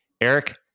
Eric